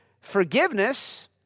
forgiveness